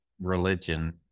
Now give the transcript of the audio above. religion